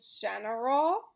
general